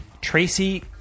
Tracy